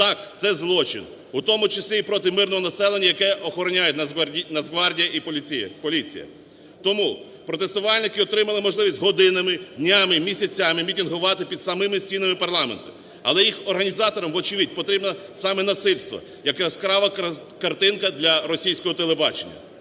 Так, це злочин. У тому числі і проти мирного населення, яке охороняє Нацгвардія і поліція. Тому протестувальники отримали можливість годинами, днями, місяцями мітингувати під самими стінами парламенту, але їх організаторам вочевидь потрібно саме насильство, як яскрава картинки для російського телебачення.